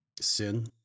sin